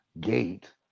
gate